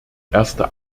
erste